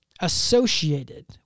associated